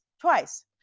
twice